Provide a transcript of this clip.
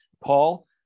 Paul